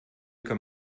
kann